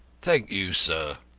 thank you, sir,